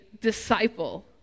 disciple